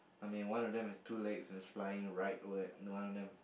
I mean one of them is two legs and flying rightward and one of them